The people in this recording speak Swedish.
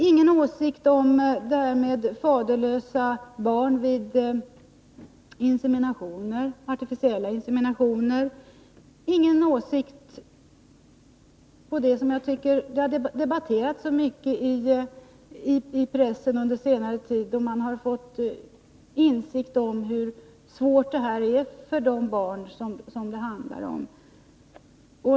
Ingen åsikt redovisas om faderlösa barn vid artificiella inseminationer, ingen åsikt om det jag tycker har debatterats så mycket i pressen under senare tid, att man har fått insikt om hur svårt detta är för de barn det handlar om.